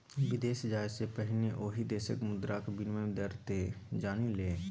विदेश जाय सँ पहिने ओहि देशक मुद्राक विनिमय दर तँ जानि ले